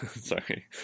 sorry